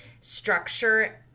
structure